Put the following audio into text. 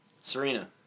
Serena